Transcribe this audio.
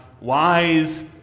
wise